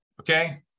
Okay